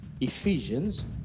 ephesians